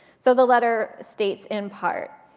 so the letter states in part,